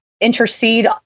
intercede